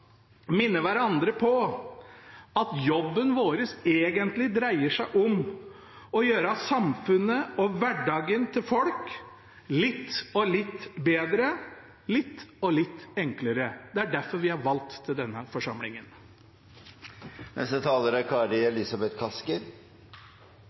minne hverandre på at jobben vår egentlig dreier seg om å gjøre samfunnet og hverdagen til folk litt og litt bedre, litt og litt enklere. Det er derfor vi er valgt til denne